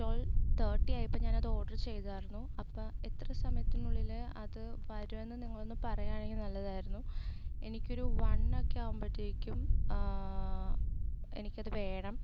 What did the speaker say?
twelve thirty ആയപ്പം ഞാനത് order ചെയ്തായിരുന്നു അപ്പം ഇത്ര സമയത്തിനുള്ളിൽ അത് വരോന്ന് നിങ്ങളൊന്ന് പറയാണെങ്കിൽ നല്ലതായിരുന്നു എനിക്കൊരു വൺ ഒക്കെ ആവുമ്പഴ്ത്തേക്കും എനിക്കത് വേണം